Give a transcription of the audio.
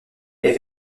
est